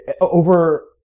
Over